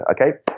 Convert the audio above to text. okay